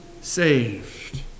saved